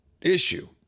issue